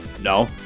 No